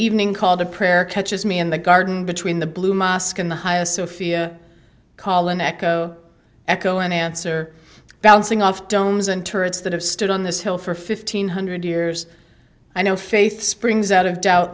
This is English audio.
evening call to prayer touches me in the garden between the blue mosque and the highest sophia call an echo echo an answer bouncing off domes and turrets that have stood on this hill for fifteen hundred years i no faith springs out of doubt